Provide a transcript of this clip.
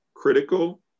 critical